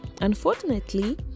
Unfortunately